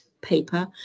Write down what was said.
paper